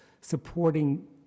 supporting